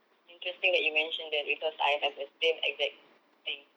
interesting that you mentioned that because I have the same exact thing